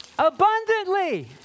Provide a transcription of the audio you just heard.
Abundantly